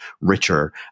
richer